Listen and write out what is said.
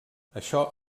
això